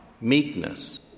meekness